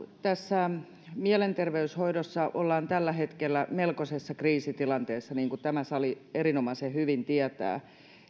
mielenterveyshoidossa ollaan tällä hetkellä melkoisessa kriisitilanteessa niin kuin tämä sali erinomaisen hyvin tietää